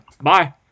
Bye